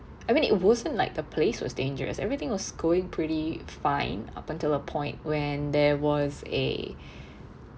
I mean it wasn't like the place was dangerous everything was going pretty fine up until a point when there was a